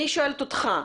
אני שואלת אותך,